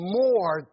more